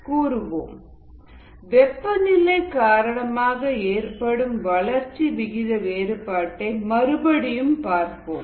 53 வெப்பநிலை காரணமாக ஏற்படும் வளர்ச்சி விகித வேறுபாட்டை மறுபடியும் பார்ப்போம்